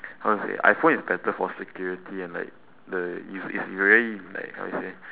how to say iphone is better for security and like the use is if you really like how you say